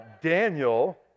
Daniel